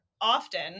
often